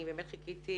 באמת חיכיתי